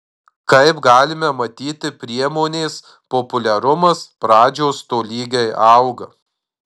kaip galime matyti priemonės populiarumas pradžios tolygiai auga